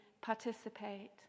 participate